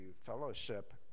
fellowship